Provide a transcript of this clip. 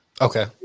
Okay